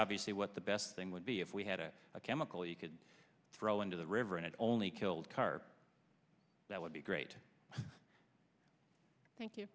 obviously what the best thing would be if we had a chemical you could throw into the river and it only killed carp that would be great thank you